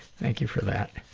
thank you for that.